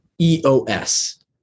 EOS